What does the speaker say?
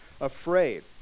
afraid